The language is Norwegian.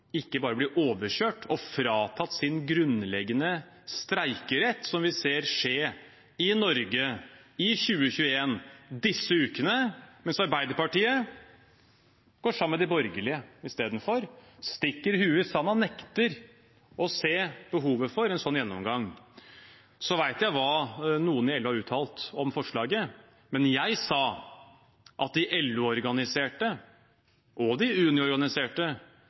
ikke bare blir overkjørt og fratatt sin grunnleggende streikerett, som vi ser skje i Norge i disse ukene i 2021. Arbeiderpartiet går i stedet sammen med de borgerlige, stikker hodet i sanden og nekter å se behovet for en slik gjennomgang. Jeg vet hva noen i LO har uttalt om forslaget, men jeg sa at de LO-organiserte og de